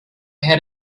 had